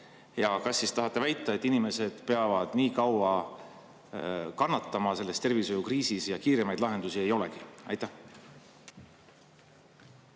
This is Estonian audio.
– kas te tahate väita, et inimesed peavad nii kaua kannatama selles tervishoiukriisis ja kiiremaid lahendusi ei olegi? Aitäh